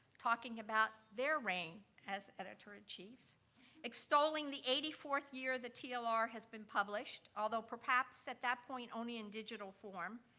talking about their reign as editor-in-chief, extolling the eighty fourth year the tlr ah has been published, although perhaps at that point only in digital form,